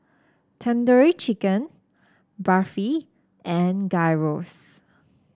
Tandoori Chicken Barfi and Gyros